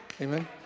Amen